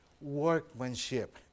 workmanship